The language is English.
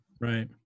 Right